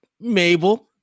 Mabel